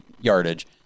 yardage